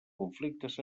conflictes